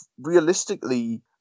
realistically